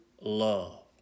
love